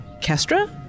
Kestra